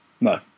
No